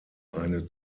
eine